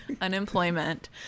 Unemployment